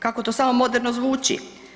Kako to samo moderno zvuči.